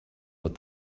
what